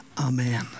Amen